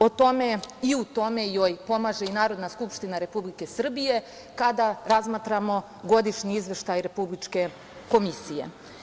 O tome i u tome joj pomaže i Narodna skupština Republike Srbije kada razmatramo godišnji izveštaj Republičke komisije.